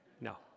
No